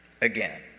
Again